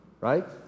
Right